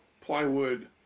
plywood